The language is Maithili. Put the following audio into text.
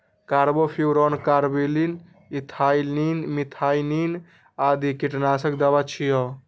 कार्बोफ्यूरॉन, कार्बरिल, इथाइलिन, मिथाइलिन आदि कीटनाशक दवा छियै